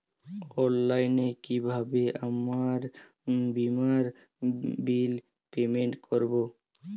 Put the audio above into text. অনলাইনে কিভাবে আমার বীমার বিল পেমেন্ট করবো?